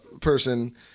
person